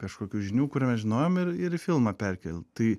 kažkokių žinių kurių mes žinojom ir ir į filmą perkelt tai